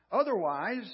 Otherwise